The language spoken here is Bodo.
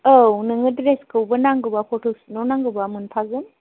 औ नोङो ड्रेसखौबो नांगौबा फट'सुटआव नांगौबा मोनफागोन